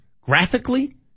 graphically